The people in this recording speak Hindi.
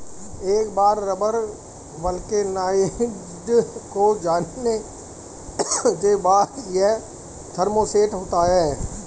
एक बार रबर वल्केनाइज्ड हो जाने के बाद, यह थर्मोसेट होता है